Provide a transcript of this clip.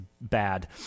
bad